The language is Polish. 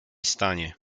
stanie